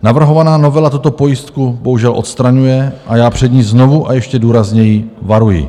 Navrhovaná novela tuto pojistku bohužel odstraňuje a já před ní znovu a ještě důrazněji varuji.